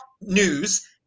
news